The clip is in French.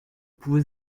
pouvez